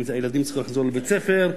הילדים צריכים לחזור לבית-ספר,